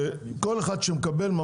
כל אחד שמקבל זכות דיבור,